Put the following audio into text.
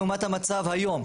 לעומת המצב היום,